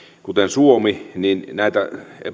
kuten suomelle niin näitä